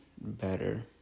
better